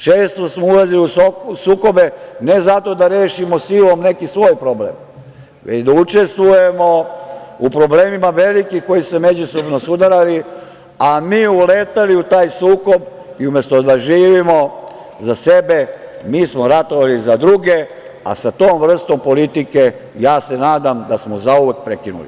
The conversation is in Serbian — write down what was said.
Često smo u ulazili u sukobe ne zato da rešimo silom neki svoj problem, već da učestvujemo u problemima velikih koji su se međusobno sudarali, a mi uleteli u taj sukob i umesto da živimo za sebe, mi smo ratovali za druge, a sa tom vrstom politike, nadam se, da smo zauvek prekinuli.